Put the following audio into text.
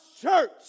church